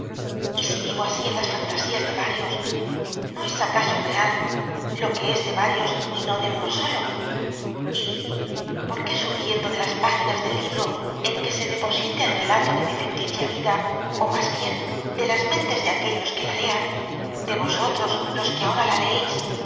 si vivo así en las fantasías de varios no es acaso real lo que es de varios y no de uno solo y por qué surgiendo de las páginas del libro en que se deposite el relato de mi ficticia vida o más bien de las mentes de aquellos que la leande vosotros los que ahora la leéis